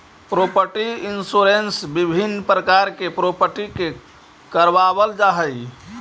property insurance विभिन्न प्रकार के प्रॉपर्टी के करवावल जाऽ हई